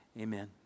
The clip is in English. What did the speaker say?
Amen